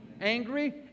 angry